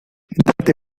date